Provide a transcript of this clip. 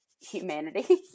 humanity